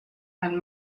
and